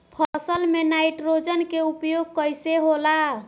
फसल में नाइट्रोजन के उपयोग कइसे होला?